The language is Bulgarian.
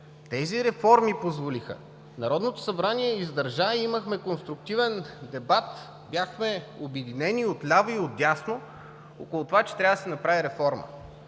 Тези реформи позволиха. Народното събрание издържа и имахме конструктивен дебат, бяхме обединени от ляво, и от дясно около това, че трябва да се направи реформа.